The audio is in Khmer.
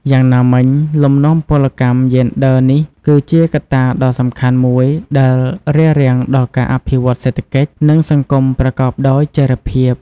យ៉ាងណាមិញ លំនាំពលកម្មយេនឌ័រនេះគឺជាកត្តាដ៏សំខាន់មួយដែលរារាំងដល់ការអភិវឌ្ឍន៍សេដ្ឋកិច្ច និងសង្គមប្រកបដោយចីរភាព។